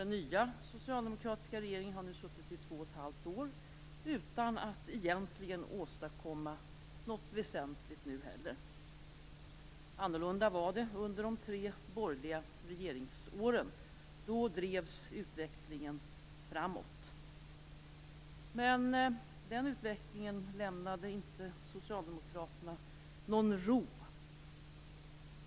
Den nya socialdemokratiska regeringen har suttit i två och ett halvt år utan att egentligen åstadkomma något väsentligt nu heller. Annorlunda var det under de tre borgerliga regeringsåren. Då drevs utvecklingen framåt. Men den utvecklingen lämnade inte Socialdemokraterna någon ro.